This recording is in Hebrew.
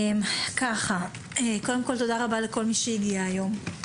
תודה רבה לכל מי שהגיע היום.